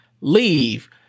leave